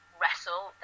wrestle